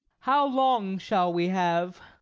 how long shall we have?